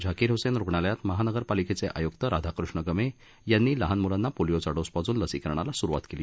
झाकीर हुसेन रुग्णालयात महानगरपालिकेचे आयुक्त राधाकृष्ण गमे यांनी लहान मुलांना पोलीओचा डोस पाजून लसीकरणाला सुरुवात केली